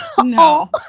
No